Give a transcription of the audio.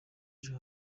ejo